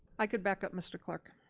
i could back up mr. clark.